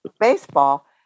baseball